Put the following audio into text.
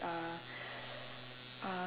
are uh